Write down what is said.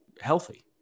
healthy